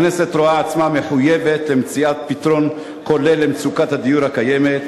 הכנסת רואה עצמה מחויבת למציאת פתרון כולל למצוקת הדיור הקיימת.